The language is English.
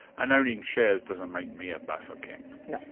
and owning shares doesn't make me a bafokeng? no,